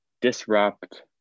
disrupt